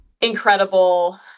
incredible